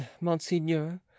monseigneur